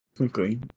Okay